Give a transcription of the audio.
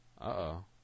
Uh-oh